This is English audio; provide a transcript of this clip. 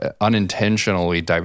Unintentionally